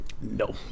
No